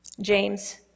James